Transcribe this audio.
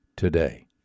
today